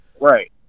Right